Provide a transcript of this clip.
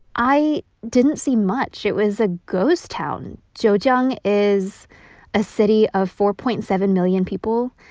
i didn't see much. it was a ghost town. jiujiang is a city of four point seven million people.